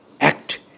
act